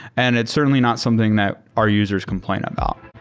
and it's certainly not something that our users complain about